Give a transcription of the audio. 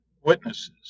witnesses